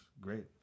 great